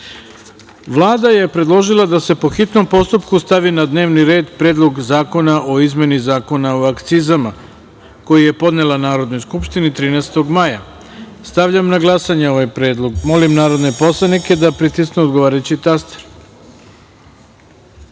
je predložila da se po hitnom postupku stavi na dnevni red Predlog zakona o izmeni Zakona o akcizama, koji je podnela Narodnoj skupštini 13. maja. Stavljam na glasanje ovaj predlog. Molim narodne poslanike da pritisnu odgovarajući